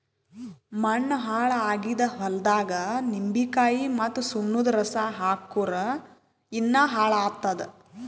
ಮಣ್ಣ ಹಾಳ್ ಆಗಿದ್ ಹೊಲ್ದಾಗ್ ನಿಂಬಿಕಾಯಿ ಮತ್ತ್ ಸುಣ್ಣದ್ ರಸಾ ಹಾಕ್ಕುರ್ ಇನ್ನಾ ಹಾಳ್ ಆತ್ತದ್